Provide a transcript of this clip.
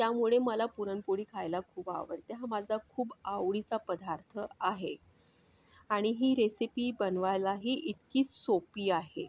त्यामुळे मला पुरणपोळी खायला खूप आवडते हा माझा खूप आवडीचा पदार्थ आहे आणि ही रेसिपी बनवायलाही इतकी सोपी आहे